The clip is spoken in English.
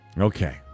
Okay